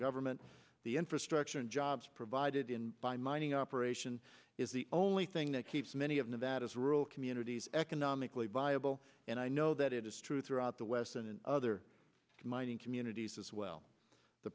government the infrastructure and jobs provided in by mining operation is the only thing that keeps many of nevada's rural communities economically viable and i know that it is true throughout the west and in other mining communities as well the